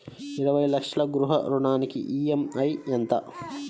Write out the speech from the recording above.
ఇరవై లక్షల గృహ రుణానికి ఈ.ఎం.ఐ ఎంత?